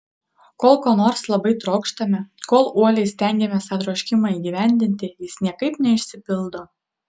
kol ko nors labai trokštame kol uoliai stengiamės tą troškimą įgyvendinti jis niekaip neišsipildo